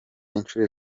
inshuro